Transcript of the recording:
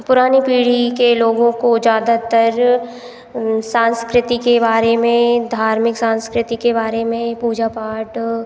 पुरानी पीढ़ी के लोगों को ज़्यादातर संस्कृति के बारे में धार्मिक संस्कृति के बारे में पूजा पाठ